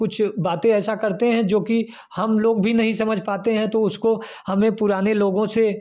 कुछ बातें ऐसा करते हैं जो कि हम लोग भी नहीं समझ पाते हैं तो उसको हमें पुराने लोगें से